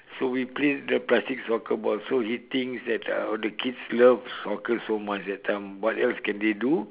so we play the plastic soccer ball so he thinks that uh the kids loves soccer so much that time what else can they do